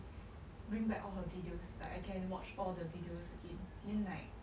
bring back all her videos like I can watch all the videos again then like